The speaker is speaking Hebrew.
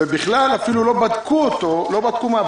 ובכלל לא בדקו אותו ולא בדקו מה.